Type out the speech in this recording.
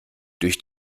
durch